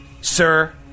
sir